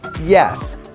yes